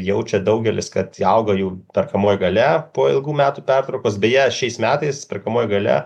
jaučia daugelis kad auga jau perkamoji galia po ilgų metų pertraukos beje šiais metais perkamoji galia